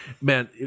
man